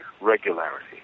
regularity